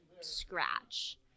scratch